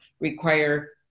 require